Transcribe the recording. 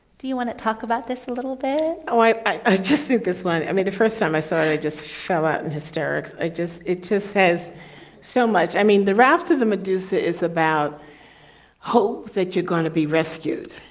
do you want to talk about this a little bit? ah i i just think this one i mean, the first time i saw it, i i just fell out in hysterics. i just it just says so much. i mean, the raft of the medusa is about hope that you're going to be rescued.